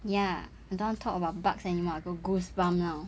ya don't talk about bugs anymore got goosebumps now